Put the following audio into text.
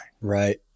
Right